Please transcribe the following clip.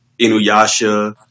Inuyasha